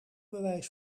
bewijs